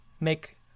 make